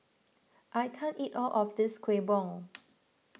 I can't eat all of this Kuih Bom